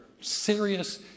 serious